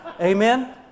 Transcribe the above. Amen